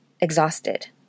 exhausted